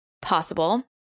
possible